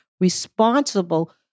responsible